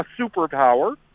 superpower